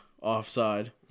offside